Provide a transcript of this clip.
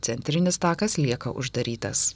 centrinis takas lieka uždarytas